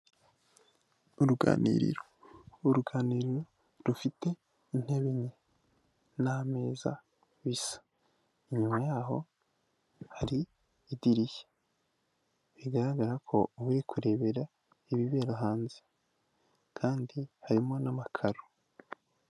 Uruganiriro rufite intebe nke n’ameza bisa, inyuma yaho hari idirishya bigaragara ko uri kurebera ibibera hanze, kandi harimo n’amakaro.